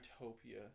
utopia